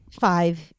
Five